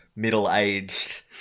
Middle-aged